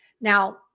Now